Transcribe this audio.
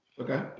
Okay